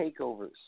takeovers